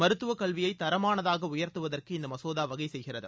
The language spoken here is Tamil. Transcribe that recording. மருத்துவக் கல்வியை தரமானதாக உயர்த்துவதற்கு இந்த மசோதா வகை செய்கிறது